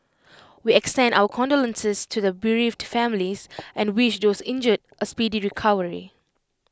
we extend our condolences to the bereaved families and wish those injured A speedy recovery